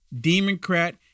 Democrat